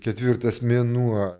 ketvirtas mėnuo